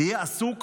יהיה עסוק